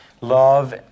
love